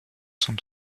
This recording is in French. sont